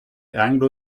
anglo